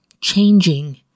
changing